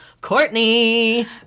Courtney